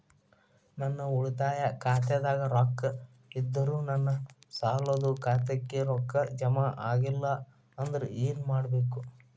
ನನ್ನ ಉಳಿತಾಯ ಖಾತಾದಾಗ ರೊಕ್ಕ ಇದ್ದರೂ ನನ್ನ ಸಾಲದು ಖಾತೆಕ್ಕ ರೊಕ್ಕ ಜಮ ಆಗ್ಲಿಲ್ಲ ಅಂದ್ರ ಏನು ಮಾಡಬೇಕು?